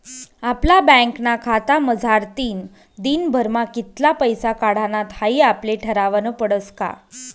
आपला बँकना खातामझारतीन दिनभरमा कित्ला पैसा काढानात हाई आपले ठरावनं पडस का